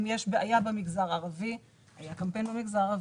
אם יש בעיה במגזר הערבי היה קמפיין במגזר הערבי,